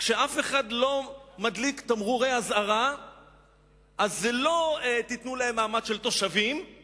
כשאף אחד לא מדליק תמרורי אזהרה אז זה לא "תיתנו להם מעמד של תושבים";